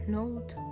note